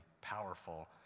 powerful